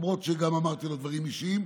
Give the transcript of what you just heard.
למרות שגם אמרתי לו דברים אישיים,